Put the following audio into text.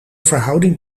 verhouding